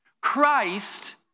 Christ